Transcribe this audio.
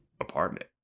apartment